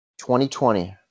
2020